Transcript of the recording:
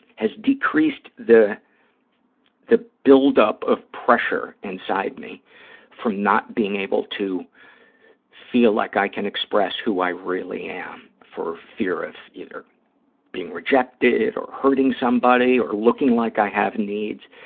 has decreased the the build-up of pressure inside me from not being able to feel like i can express who i really am for fear of either being rejected or hurting somebody or looking like i have needs.